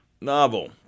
Novel